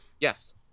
Yes